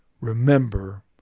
remember